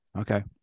Okay